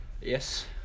yes